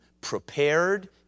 prepared